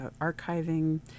archiving